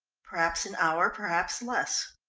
perhaps an hour perhaps less.